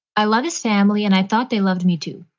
i love his family and i thought they loved me too.